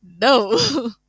No